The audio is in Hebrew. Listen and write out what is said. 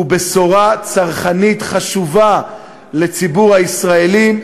והוא בשורה צרכנית חשובה לציבור הישראלים,